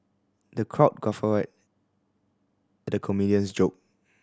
the crowd guffawed at the comedian's joke